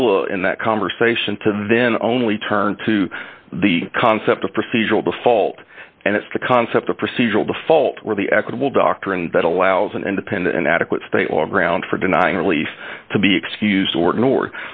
villa in that conversation to then only turn to the concept of procedural default and it's the concept of procedural default or the equitable doctrine that allows an independent adequate state or ground for denying relief to be excused or nor